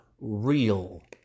real